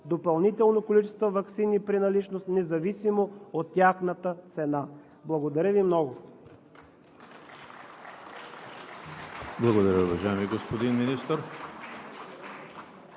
допълнително количество ваксини, при наличност, независимо от тяхната цена. Благодаря много